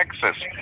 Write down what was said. texas